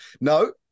No